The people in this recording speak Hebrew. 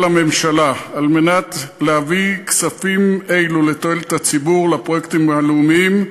לממשלה על מנת להביא כספים אלו לתועלת הציבור לפרויקטים הלאומיים,